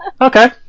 Okay